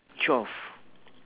twelve